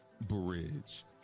bridge